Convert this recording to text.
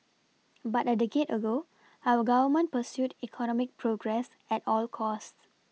but a decade ago our Government pursued economic progress at all costs